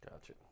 Gotcha